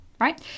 right